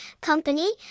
Company